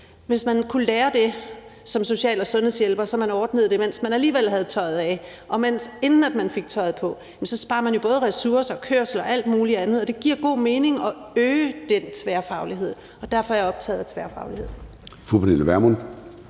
Hvis man kunne lære det som social- og sundhedshjælper, så man ordnede det, mens borgeren alligevel havde tøjet af, og inden vedkommende fik tøjet på, så sparer vi jo både ressourcer, kørsel og alt muligt andet, og det giver god mening at øge den tværfaglighed, og derfor er jeg optaget af tværfaglighed.